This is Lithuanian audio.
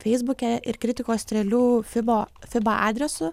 feisbuke ir kritikos strėlių fiba fiba adresu